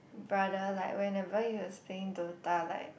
brother like whenever he was playing Dota like